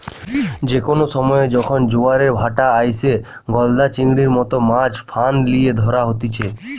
যে কোনো সময়ে যখন জোয়ারের ভাঁটা আইসে, গলদা চিংড়ির মতো মাছ ফাঁদ লিয়ে ধরা হতিছে